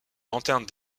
lanterne